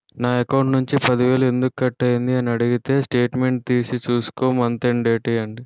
నా అకౌంట్ నుంచి పది వేలు ఎందుకు కట్ అయ్యింది అని అడిగితే స్టేట్మెంట్ తీసే చూసుకో మంతండేటి